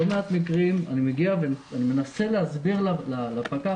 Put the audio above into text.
בלא מעט מקרים אני מגיע ומנסה להסביר לפקח